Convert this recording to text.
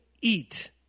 eat